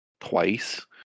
twice